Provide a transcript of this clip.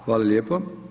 Hvala lijepo.